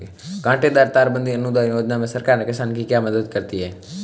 कांटेदार तार बंदी अनुदान योजना में सरकार किसान की क्या मदद करती है?